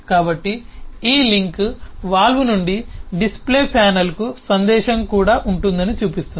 కాబట్టి ఈ link valve నుండి డిస్ప్లే ప్యానెల్కు సందేశం కూడా ఉంటుందని చూపిస్తుంది